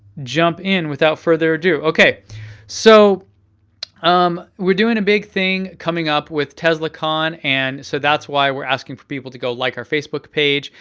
jump in, without further ado. so um we're doing a big thing coming up with teslacon, and so that's why we're asking people to go like our facebook page.